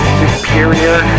superior